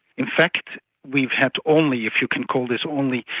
in fact we've had only, if you can call this only,